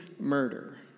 murder